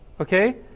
Okay